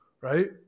Right